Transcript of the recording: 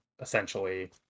essentially